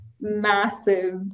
massive